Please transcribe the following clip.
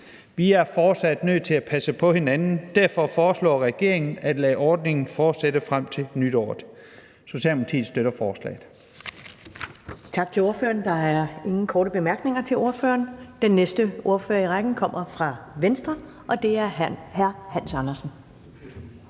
Vi er fortsat nødt til at passe på hinanden. Derfor foreslår regeringen at lade ordningen fortsætte frem til nytår. Socialdemokratiet støtter forslaget.